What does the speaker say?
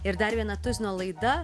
ir dar viena tuzino laida